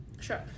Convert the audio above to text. Sure